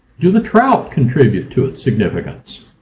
do the trout contribute to its significance?